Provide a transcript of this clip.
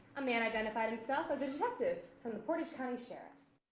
a man identified himself as executive from the portage county sheriff's.